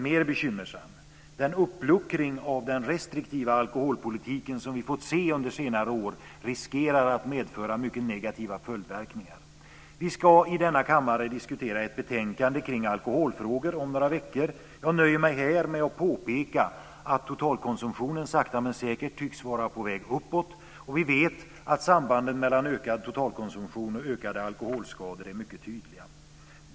Den uppluckring av den restriktiva alkoholpolitiken som vi fått se under senare år riskerar att få mycket negativa följdverkningar. Jag nöjer mig här med att påpeka att totalkonsumtionen sakta men säkert tycks vara på väg uppåt, och vi vet att sambanden mellan ökad totalkonsumtion och ökade alkoholskador är mycket tydliga.